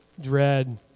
dread